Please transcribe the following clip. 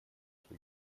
что